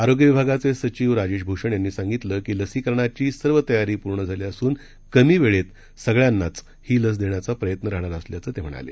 आरोग्य विभागाचे सचिव राजेश भूषण यांनी सांगितलं की लसीकरणासाठीची सर्व तयारी पूर्ण झाली असून कमी वेळेत सगळ्यांनाच ही लस देण्याचा प्रयत्न राहणार असल्याचंही ते म्हणाले